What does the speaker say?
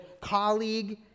colleague